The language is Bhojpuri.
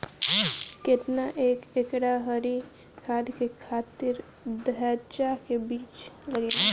केतना एक एकड़ हरी खाद के खातिर ढैचा के बीज लागेला?